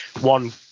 one